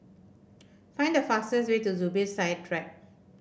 find the fastest way to Zubir Said Drive